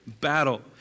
battle